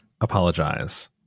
apologize